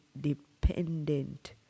dependent